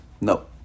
No